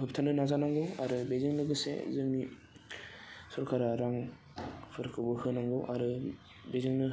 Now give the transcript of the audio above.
होबथानो नाजानांगौ आरो बेजों लोगोसे जोंनि सरकारा रांफोरखौबो होनांगौ आरो बेजोंनो